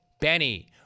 Benny